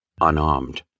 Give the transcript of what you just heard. unarmed